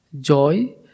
joy